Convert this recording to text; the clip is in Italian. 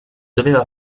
doveva